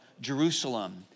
Jerusalem